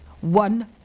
one